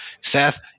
Seth